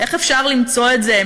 איך אפשר למצוא את זה?